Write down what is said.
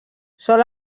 sol